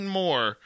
more